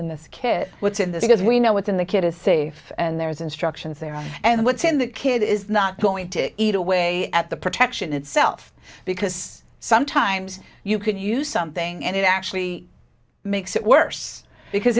in this kid what's in this because we know what's in the kid is safe and there's instructions there and what's in that kid is not going to eat away at the protection itself because sometimes you can use something and it actually makes it worse because